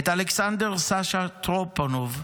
את אלכסנדר סשה טרופנוב,